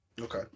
Okay